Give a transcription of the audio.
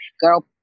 Girl